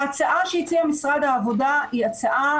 ההצעה שהציע משרד העבודה היא הצעה,